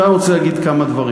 עכשיו אני רוצה לומר כמה דברים.